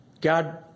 God